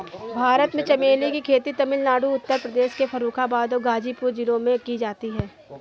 भारत में चमेली की खेती तमिलनाडु उत्तर प्रदेश के फर्रुखाबाद और गाजीपुर जिलों में की जाती है